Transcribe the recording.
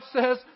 says